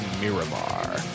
Miramar